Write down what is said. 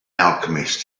alchemist